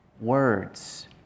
Words